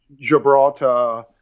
Gibraltar